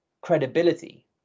credibility